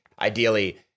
Ideally